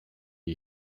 die